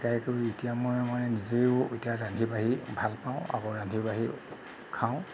শিকাই কৰি এতিয়া মই মানে নিজেও এতিয়া ৰান্ধি বাঢ়ি ভাল পাওঁ আকৌ ৰান্ধি বাঢ়ি খাওঁ